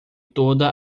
toda